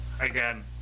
again